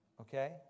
Okay